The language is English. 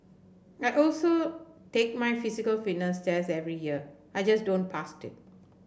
I also take my physical fitness test every year I just don't pass to